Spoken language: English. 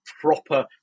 proper